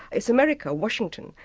it's america, washington.